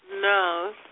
No